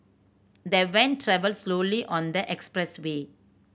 the van travelled slowly on the expressway